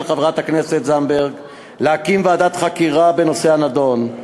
חברת הכנסת זנדברג להקים ועדת חקירה בנושא הנדון.